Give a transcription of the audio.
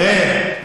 תראה,